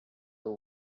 the